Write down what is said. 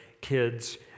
kids